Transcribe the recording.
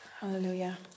Hallelujah